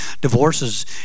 divorces